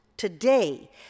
Today